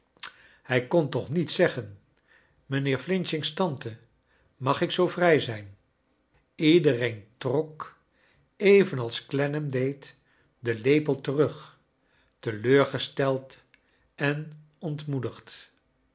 hij kon toch niet zeggen mijnheer f's tante mag ik zoo vrij zijn ledereen trok evenals clennam deed den lepel terug teleurgesteld en ontmoedigd